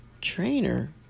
trainer